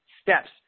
steps